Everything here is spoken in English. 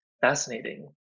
Fascinating